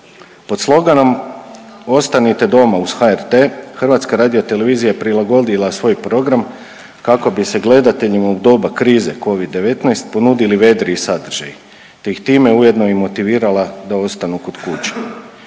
Pod sloganom Ostanite doma uz HRT, HRT jer prilagodila svoj program kako bi se gledateljima u doba krize Covid-19 ponudili vedriji sadržaji te ih time i ujedno motivirala da ostanu kod kuće.